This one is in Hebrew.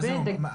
מה זה אומר?